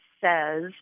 says